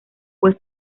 fue